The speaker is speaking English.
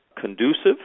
conducive